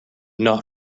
not